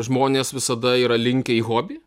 žmonės visada yra linkę į hobį